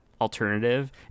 alternative